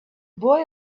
boy